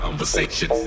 Conversation